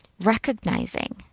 recognizing